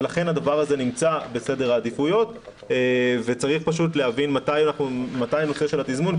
ולכן הדבר הזה נמצא בסדר העדיפויות וצריך להבין מה המחיר של התזמון.